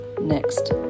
next